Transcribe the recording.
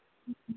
ம் ம்